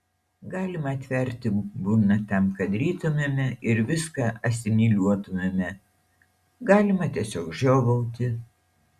galima atverti burną tam kad rytumėme ir viską asimiliuotumėme galima tiesiog žiovauti